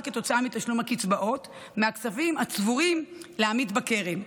כתוצאה מתשלום הקצבאות מהכספים הצבורים לעמית בקרן.